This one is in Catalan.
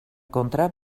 contra